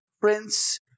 prince